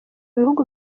bihugu